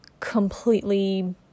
completely